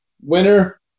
winner